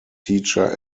teacher